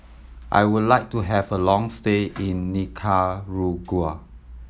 I would like to have a long stay in Nicaragua